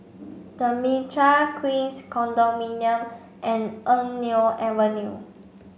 the Mitraa Queens Condominium and Eng Neo Avenue